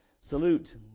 Salute